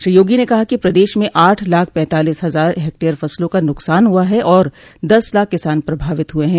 श्री योगी ने कहा कि प्रदेश में आठ लाख पैतालीस हजार हेक्टेयर फसलों का नुकसान हुआ है और दस लाख किसान प्रभावित हुए हैं